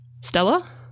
Stella